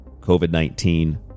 COVID-19